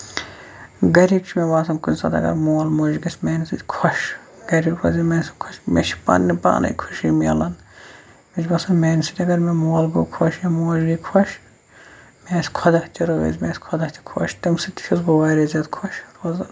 گرٕکۍ چھِ مےٚ باسان کُنہِ ساتہٕ اَگر مول موج گژھِ میٛانہِ سۭتۍ خۄش گرِ پَزِ مےٚ چھِ پَنٕنہِ پانَے خُشی میلان مےٚ چھُ باسان میٛانہِ سۭتۍ اَگر مےٚ مول گوٚو خۄش یا موج گٔے خۄش مےٚ آسہِ خدا تہِ رٲزۍ مےٚ آسہِ خدا تہِ خۄش تمہِ سۭتۍ چھُس بہٕ واریاہ زیادٕ خۄش روزان